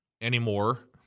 anymore